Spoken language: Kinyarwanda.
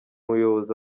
muyobozi